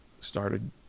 started